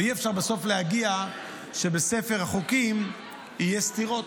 ואי-אפשר בסוף להגיע לכך שבספר החוקים יהיו סתירות.